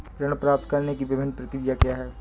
ऋण प्राप्त करने की विभिन्न प्रक्रिया क्या हैं?